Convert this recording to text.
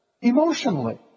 emotionally